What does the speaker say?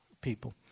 people